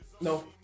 no